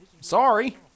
sorry